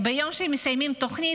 ביום שהם מסיימים את התוכנית,